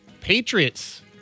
Patriots